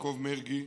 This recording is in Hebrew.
יעקב מרגי.